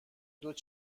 دوتا